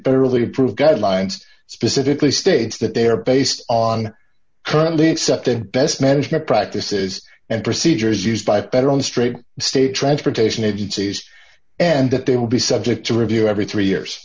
federally approved guidelines specifically states that they are based on currently accepted best management practices and procedures used by veteran straight state transportation agencies and that they will be subject to review every three years